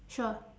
sure